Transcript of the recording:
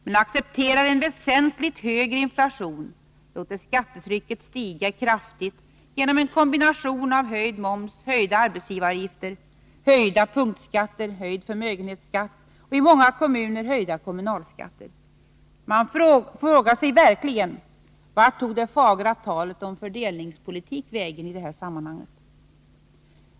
Man accepterar en väsentligt högre inflation och låter skattetrycket stiga kraftigt genom en kombination av höjd moms, höjda arbetsgivaravgifter, höjda punktskatter, höjd förmögenhetsskatt och i många kommuner höjda kommunalskatter. Man frågar sig verkligen: Vart tog det fagra talet om fördelningspolitik vägen?